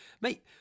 mate